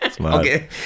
Okay